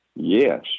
Yes